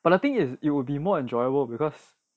but the thing is it will be more enjoyable because